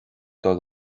dul